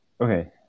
Okay